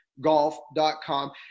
golf.com